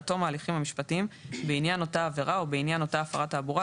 עד תום ההליכים המשפטיים בעניין אותה עבירה או בעניין אותה הפרת תעבורה,